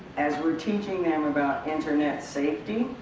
as we're teaching them about internet safety